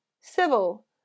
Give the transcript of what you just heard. civil